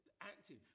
active